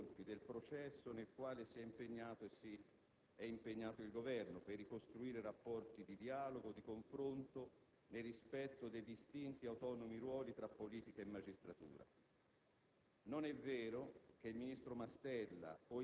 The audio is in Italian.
alla Camera le difficoltà e i contraccolpi del processo nel quale si è impegnato ed è impegnato il Governo per ricostruire rapporti di dialogo, di confronto, nel rispetto dei distinti autonomi ruoli tra politica e magistratura.